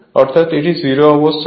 অর্থাৎ এটি 0 অবস্থান